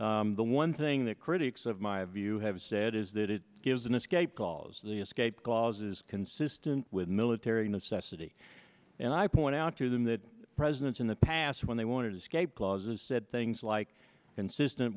the one thing that critics of my view have said is that it gives an escape clause the escape clause is consistent with military necessity and i point out to them that presidents in the past when they wanted to scape clauses said things like consistent